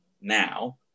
now